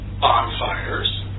bonfires